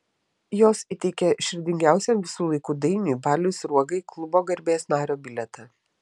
jos įteikė širdingiausiam visų laikų dainiui baliui sruogai klubo garbės nario bilietą